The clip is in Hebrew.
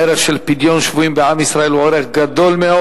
הערך של פדיון שבויים בעם ישראל הוא ערך חשוב מאוד.